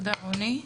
תודה, רוני.